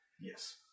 Yes